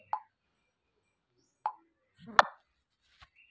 कपास मिलक फैक्टरी व्यवस्था संगठित श्रम कें जन्म देलक